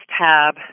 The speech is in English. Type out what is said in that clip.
tab